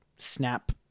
snap